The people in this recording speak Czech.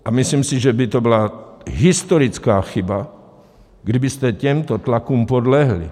A myslím si, že by to byla historická chyba, kdybyste těmto tlakům podlehli.